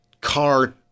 car